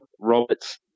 Roberts